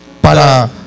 para